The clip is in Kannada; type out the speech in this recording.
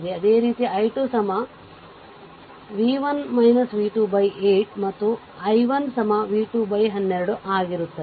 ಅದೇ ರೀತಿ i 2 v 1 v 2 8 ಮತ್ತು i 1 v 212 ಆಗಿರುತ್ತದೆ